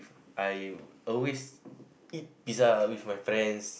I always eat pizza with my friends